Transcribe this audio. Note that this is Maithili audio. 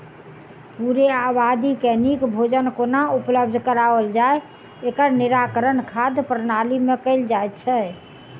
पूरे आबादी के नीक भोजन कोना उपलब्ध कराओल जाय, एकर निराकरण खाद्य प्रणाली मे कयल जाइत छै